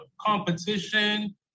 competition